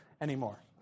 anymore